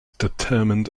determined